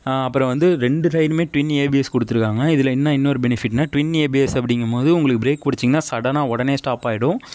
அப்புறம் வந்து ரெண்டு சைடும் ட்வின் ஏபிஎஸ் கொடுத்துருக்காங்க இதில் என்ன இன்னொரு பெனிஃபிட்னா ட்வின் ஏபிஎஸ் அப்படிங்கபோது உங்களுக்கு பிரேக் பிடிச்சீங்கனா சடன்னா உடனே ஸ்டாப் ஆகிடும்